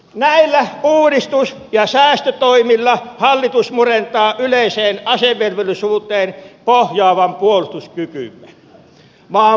näillä uudistus ja säästötoimilla hallitus murentaa yleiseen asevelvollisuuteen pohjaavan puolustuskykymme